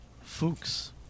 Fuchs